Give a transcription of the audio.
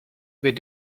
wir